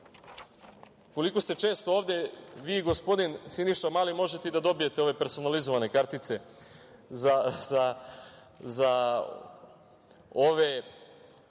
koliko ste često ovde vi i gospodin Siniša Mali, vi možete i da dobijete ove personalizovane kartice za ove